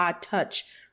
touch